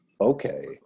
okay